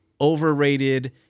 overrated